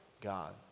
God